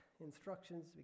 instructions